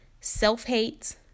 self-hate